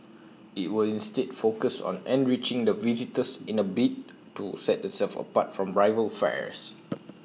IT will instead focus on enriching the visitor's in A bid to set itself apart from rival fairs